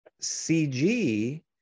CG